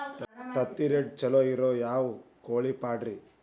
ತತ್ತಿರೇಟ್ ಛಲೋ ಇರೋ ಯಾವ್ ಕೋಳಿ ಪಾಡ್ರೇ?